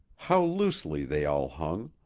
how loosely they all hung!